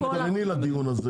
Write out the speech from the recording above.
את תגיעי לדיון.